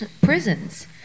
prisons